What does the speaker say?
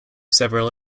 several